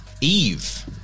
Eve